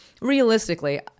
Realistically